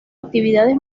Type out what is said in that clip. actividades